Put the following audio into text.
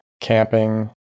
camping